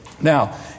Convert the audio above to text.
Now